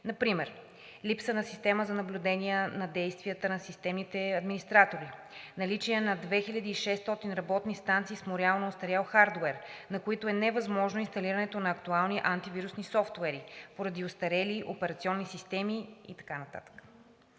Например липса на система за наблюдение на действията на системните администратори, наличие на 2600 работни станции с морално остарял хардуер, на които е невъзможно инсталирането на актуални антивирусни софтуери поради остарели операционни системи, и така